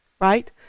right